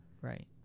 right